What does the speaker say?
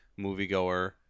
moviegoer